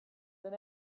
than